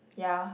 ya